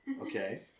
Okay